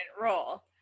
role